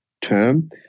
term